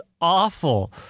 awful